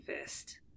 first